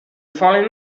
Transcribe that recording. fallen